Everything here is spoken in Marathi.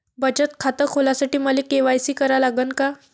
बचत खात खोलासाठी मले के.वाय.सी करा लागन का?